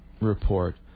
report